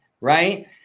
right